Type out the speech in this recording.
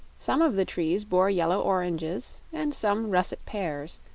some of the trees bore yellow oranges and some russet pears,